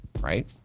right